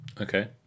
Okay